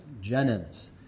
Jennings